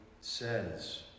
says